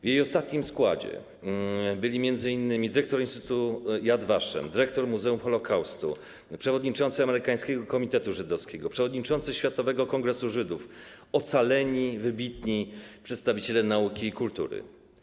W jej ostatnim składzie byli m.in. dyrektor instytutu Yad Vashem, dyrektor Muzeum Holocaustu, przewodniczący Amerykańskiego Komitetu Żydowskiego, przewodniczący Światowego Kongresu Żydów, ocaleni, wybitni przedstawiciele nauki i kultury.